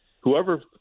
whoever